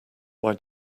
why